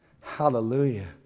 Hallelujah